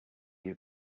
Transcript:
you